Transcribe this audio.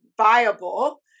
viable